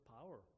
power